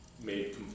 made